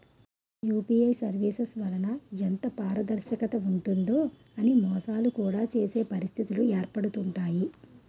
UPI services వలన ఎంత పారదర్శకత ఉంటుందో అని మోసాలు కూడా చేసే పరిస్థితిలు ఏర్పడుతుంటాయి